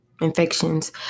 infections